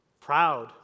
Proud